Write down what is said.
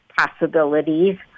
possibilities